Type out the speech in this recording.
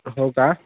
हो का